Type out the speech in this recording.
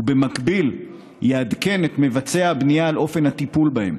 ובמקביל יעדכן את מבצע הבנייה על אופן הטיפול בהם.